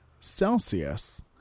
Celsius